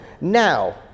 Now